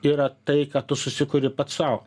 yra tai ką tu susikuri pats sau